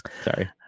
sorry